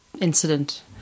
incident